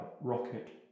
rocket